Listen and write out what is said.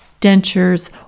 dentures